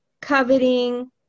coveting